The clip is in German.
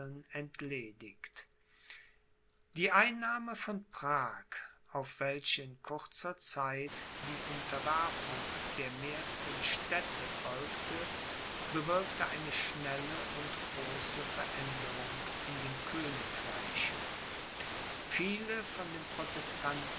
entledigt die einnahme von prag auf welche in kurzer zeit die unterwerfung der mehrsten städte folgte bewirkte eine schnelle und große veränderung in dem königreiche viele von dem protestantischen